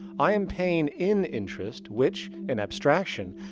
i am paying in interest which in abstraction.